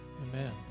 Amen